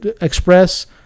Express